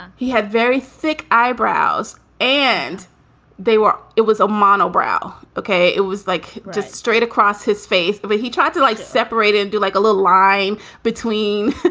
he had very thick eyebrows and they were it was a mono brow. ok. it was like just straight across his face, the way he tried to like separate it. do like a little line between the